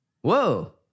Whoa